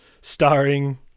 starring